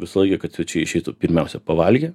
visą laiką kad svečiai išeitų pirmiausia pavalgę